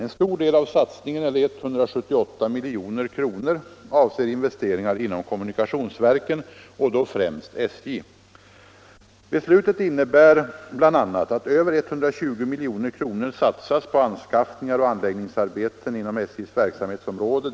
En stor del av satsningen, eller 178 milj.kr., avser investeringar inom kommunikationsverken och då främst SJ. Beslutet innebär bl.a. att över 120 milj.kr. satsas på anskaffningar och anläggningsarbeten inom SJ:s verksamhetsområde.